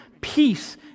peace